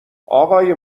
آقای